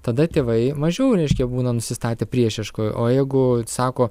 tada tėvai mažiau reiškia būna nusistatę priešiškai o jeigu sako